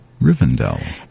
Rivendell